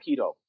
keto